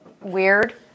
weird